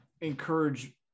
encourage